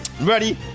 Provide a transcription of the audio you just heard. Ready